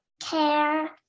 care